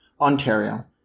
Ontario